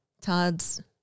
Todd's